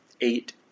Eight